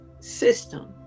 system